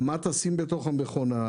מה תשים בתוך המכונה,